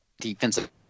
defensive